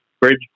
bridge